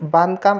बांधकाम